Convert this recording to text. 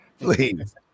please